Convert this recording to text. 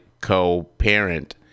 co-parent